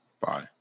bye